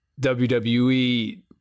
WWE